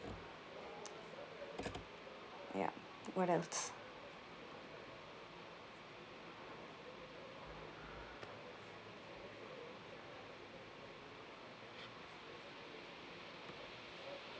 ya what else